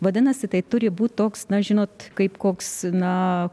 vadinasi tai turi būt toks na žinot kaip koks na